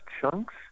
chunks